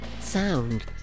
sound